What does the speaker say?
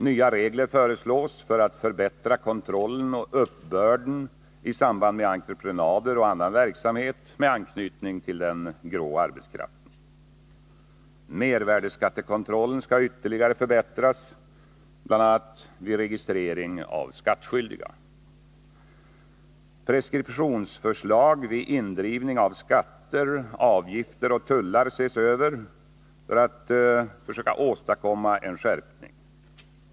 Nya regler föreslås för att förbättra kontrollen och uppbörden i samband med entreprenader och annan verksamhet med anknytning till den grå arbetskraften. Mervärdeskattekontrollen skall ytterligare förbättras, bl.a. vid registrering av skattskyldiga. Preskriptionsförslag vid indrivning av skatter, avgifter och tullar ses över för att man vill söka åstadkomma en skärpning.